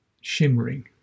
shimmering